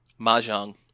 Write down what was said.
mahjong